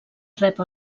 rep